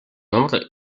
nombre